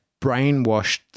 brainwashed